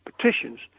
petitions